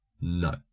No